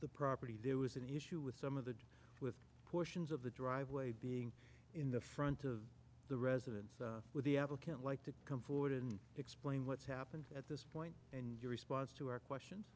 the property there was an issue with some of the deal with portions of the driveway being in the front of the residence with the applicant like to come forward and explain what's happened at this point and your response to our questions